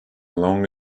along